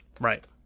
Right